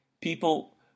people